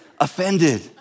offended